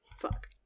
Fuck